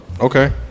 Okay